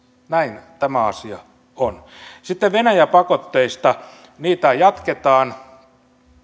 näin tämä asia on sitten venäjä pakotteista niitä jatketaan